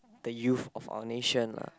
the youth of our nation lah